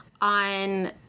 on